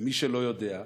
למי שלא יודע,